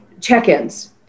check-ins